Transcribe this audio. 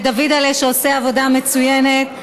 דוידל'ה, שעושה עבודה מצוינת.